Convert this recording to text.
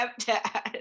stepdad